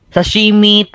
Sashimi